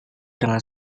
dengan